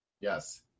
Yes